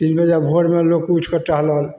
तीन बजे भोरमे लोक उठिके टहलल